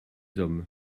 hommes